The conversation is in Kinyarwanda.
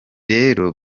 rero